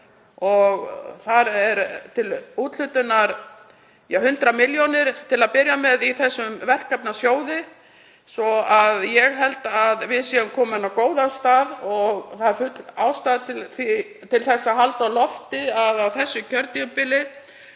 Þar eru til úthlutunar 100 milljónir til að byrja með í þessum verkefnasjóði svo að ég held að við séum komin á góðan stað og er full ástæða til að halda því á lofti að á þessu kjörtímabili